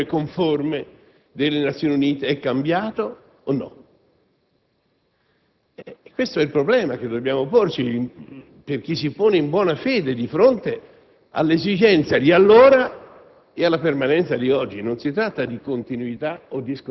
con il patrocinio, il sostegno e la deliberazione conforme delle Nazioni Unite, è cambiato o no? Questo è il problema che dobbiamo affrontare, per chi si pone in buona fede di fronte all'esigenza di allora